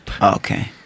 Okay